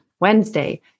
Wednesday